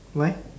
what